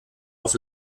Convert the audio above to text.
auf